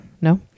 no